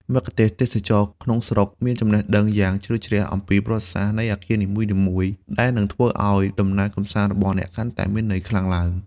មគ្គុទ្ទេសក៍ទេសចរណ៍ក្នុងស្រុកមានចំណេះដឹងយ៉ាងជ្រៅជ្រះអំពីប្រវត្តិនៃអគារនីមួយៗ ដែលនឹងធ្វើឱ្យដំណើរកម្សាន្តរបស់អ្នកកាន់តែមានន័យខ្លាំងឡើង។